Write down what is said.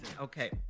Okay